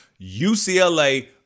UCLA